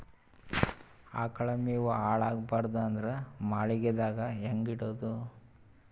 ಆಕಳ ಮೆವೊ ಹಾಳ ಆಗಬಾರದು ಅಂದ್ರ ಮಳಿಗೆದಾಗ ಹೆಂಗ ಇಡೊದೊ?